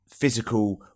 physical